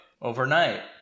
overnight